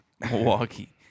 Milwaukee